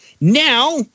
Now